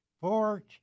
four